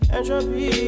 Entropy